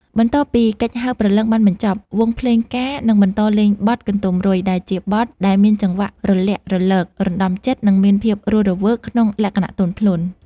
បន្ទាប់ពីកិច្ចហៅព្រលឹងបានបញ្ចប់ វង់ភ្លេងការនឹងបន្តលេងបទ កន្ទុំរុយ ដែលជាបទដែលមានចង្វាក់រលាក់រលក រណ្ដំចិត្ត និងមានភាពរស់រវើកក្នុងលក្ខណៈទន់ភ្លន់។